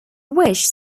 which